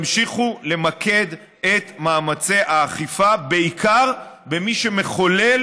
למקד את מאמצי האכיפה בעיקר במי שמחולל